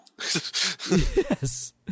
yes